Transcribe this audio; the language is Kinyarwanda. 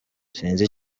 sinzi